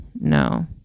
no